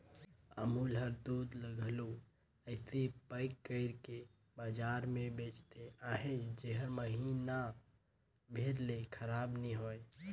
अमूल हर दूद ल घलो अइसे पएक कइर के बजार में बेंचत अहे जेहर महिना भेर ले खराब नी होए